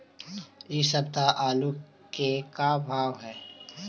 इ सप्ताह आलू के का भाव है?